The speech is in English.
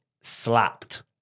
slapped